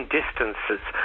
distances